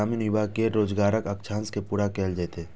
एहि योजनाक तहत ग्रामीण युवा केर रोजगारक आकांक्षा के पूरा कैल जेतै